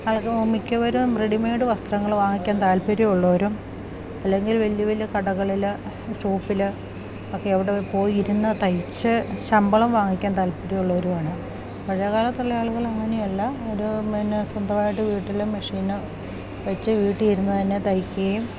അവർക്ക് മിക്കവരും റെഡിമെയ്ഡ്വ വസ്ത്രങ്ങൾ വാങ്ങിക്കാൻ താല്പര്യമുള്ളവരും അല്ലെങ്കിൽ വലിയ വലിയ കടകളില് ഷോപ്പില് ഒക്കെ അവിടെ പോയി ഇരുന്ന് തയ്ച്ച് ശമ്പളം വാങ്ങിക്കാൻ താല്പര്യമുള്ളവരുവാണ് പഴയ കാലത്തുള്ള ആളുകൾ അങ്ങനെയല്ല ഒരു പിന്നെ സ്വന്തമായിട്ട് വീട്ടില് മെഷീൻ വെച്ച് വീട്ടിൽ ഇരുന്ന് തന്നെ തയ്ക്കുകയും